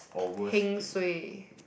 heng suay